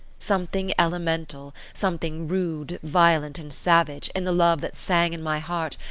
something elemental, something rude, violent, and savage, in the love that sang in my heart,